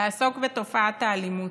לעסוק בתופעת האלימות.